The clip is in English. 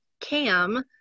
Cam